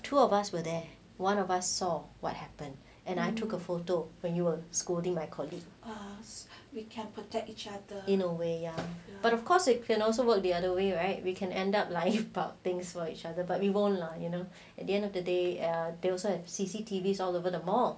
two of us will there one of us saw what happened and I took a photo when you were scolding my colleague us in a way ya but of course you can also work the other way right we can end up life about things for each other but we won't lah you know at the end of the day ah they also have C_C_T_V all over the mall